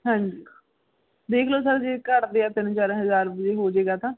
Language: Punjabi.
ਹਾਂਜੀ ਦੇਖ ਲਉ ਸਰ ਜੇ ਘਟਦੇ ਹੈ ਤਿੰਨ ਚਾਰ ਹਜ਼ਾਰ ਵੀ ਜੇ ਹੋ ਜੇ ਗਾ ਤਾਂ